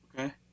okay